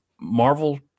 Marvel